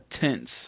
tense